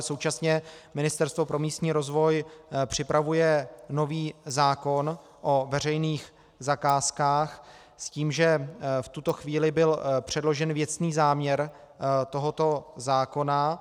Současně ale Ministerstvo pro místní rozvoj připravuje nový zákon o veřejných zakázkách s tím, že v tuto chvíli byl předložen věcný záměr tohoto zákona.